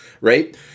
right